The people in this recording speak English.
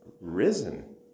risen